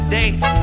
date